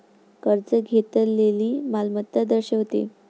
कर्ज घेतलेली मालमत्ता दर्शवते